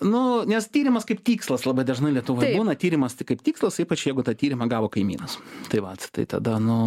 nu nes tyrimas kaip tikslas labai dažnai lietuvoj būna tyrimas tik kaip tikslas ypač jeigu tą tyrimą gavo kaimynas tai vat tai tada nu manęs